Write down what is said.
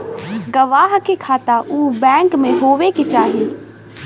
गवाह के खाता उ बैंक में होए के चाही